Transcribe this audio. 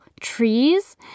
trees